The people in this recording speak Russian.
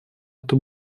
это